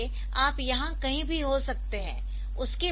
इसलिए आप यहां कहीं भी हो सकते है